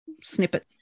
snippet